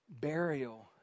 burial